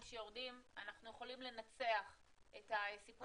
שיורדים אנחנו יכולים לנצח את הסיפור הזה.